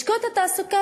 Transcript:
לשכות התעסוקה,